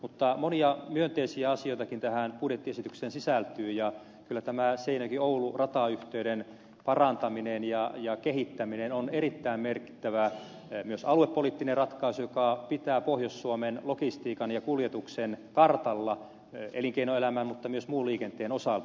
mutta monia myönteisiä asioitakin tähän budjettiesitykseen sisältyy ja kyllä tämä seinäjokioulu ratayhteyden parantaminen ja kehittäminen on myös erittäin merkittävä aluepoliittinen ratkaisu joka pitää pohjois suomen logistiikan ja kuljetuksen kartalla elinkeinoelämän mutta myös muun liikenteen osalta